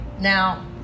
now